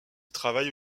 travaille